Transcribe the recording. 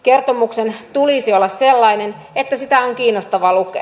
kertomuksen tulisi olla sellainen että sitä on kiinnostavaa lukea